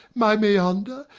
my meander,